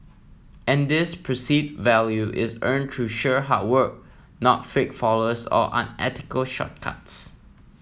and this perceive value is earned through sheer hard work not fake followers or unethical shortcuts